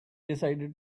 decided